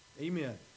Amen